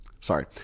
sorry